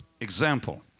Example